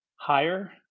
higher